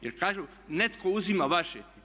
Jer kažu netko uzima vaše.